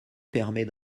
permet